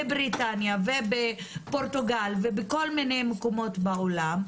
בבריטניה ובפורטוגל ובכל מיני מקומות בעולם.